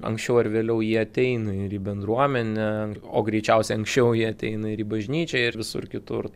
anksčiau ar vėliau jie ateina ir į bendruomenę o greičiausiai anksčiau jie ateina ir į bažnyčią ir visur kitur